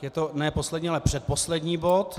Je to ne poslední, ale předposlední bod.